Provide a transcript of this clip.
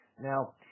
Now